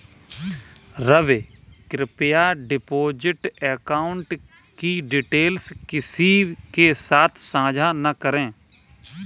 रवि, कृप्या deposit account की details किसी के साथ सांझा न करें